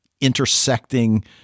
intersecting